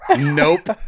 Nope